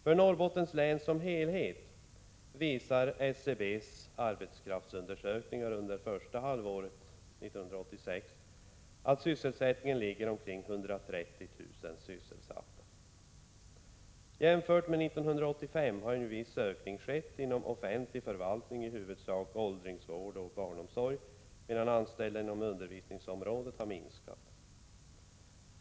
För Norrbottens län som helhet visar SCB:s arbetskraftsundersökningar under första halvåret 1986 att antalet sysselsatta är omkring 130 000. Jämfört med 1985 har en viss ökning skett inom offentlig förvaltning, i huvudsak åldringsvård och barnomsorg, medan antalet anställda inom undervisningsområdet har minskat.